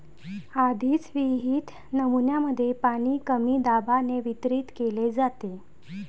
आधीच विहित नमुन्यांमध्ये पाणी कमी दाबाने वितरित केले जाते